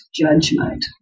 judgment